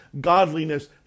godliness